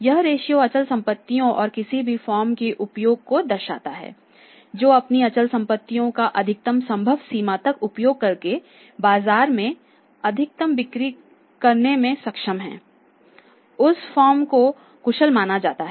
यह रेशियो अचल संपत्तियों और किसी भी फर्म के उपयोग को दर्शाता है जो अपनी अचल संपत्तियों का अधिकतम संभव सीमा तक उपयोग करके बाजार में अधिकतम बिक्री करने में सक्षम है उस फर्म को कुशल माना जाता है